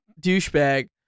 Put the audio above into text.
douchebag